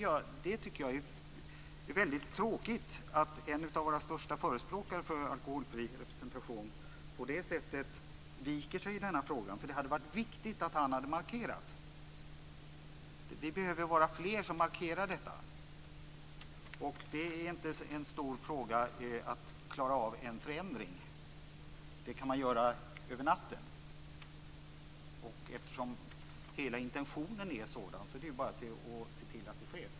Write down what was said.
Jag tycker att det är väldigt tråkigt att en av våra största förespråkare för alkoholfri representation viker sig på det sättet i denna fråga. Det hade varit viktigt att han hade markerat. Vi behöver vara fler som markerar detta. Det är inte en stor sak att klara av en förändring. Det kan man göra över natten. Eftersom hela intentionen är sådan är det bara att se till att det sker.